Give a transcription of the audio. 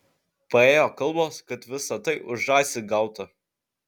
paėjo kalbos kad visa tai už žąsį gauta